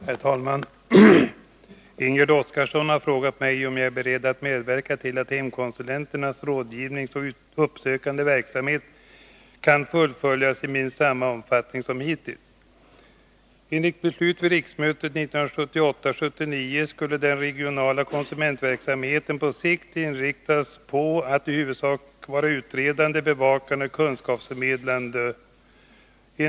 Herr talman! Ingegärd Oskarsson har frågat mig om jag är beredd att medverka till att hemkonsulenternas rådgivande och uppsökande verksamhet kan fullföljas i minst samma omfattning som hittills. Enligt beslut vid riksmötet 1978/79 skulle den regionala konsumentverksamheten på sikt riktas in på i huvudsak utredande, bevakande och kunskapsförmedlande uppgifter.